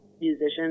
musicians